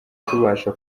tubasha